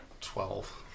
Twelve